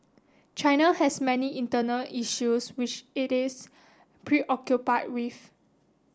China has many internal issues which it is preoccupied with